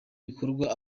bikorwa